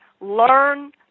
learn